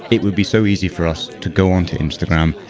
it would be so easy for us to go on to instagram,